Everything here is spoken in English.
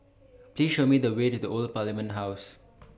Please Show Me The Way to The Old Parliament House